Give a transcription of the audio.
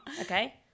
okay